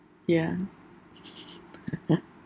ya